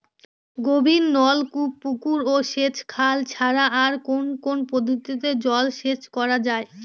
গভীরনলকূপ পুকুর ও সেচখাল ছাড়া আর কোন কোন পদ্ধতিতে জলসেচ করা যায়?